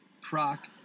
Proc